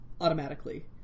Automatically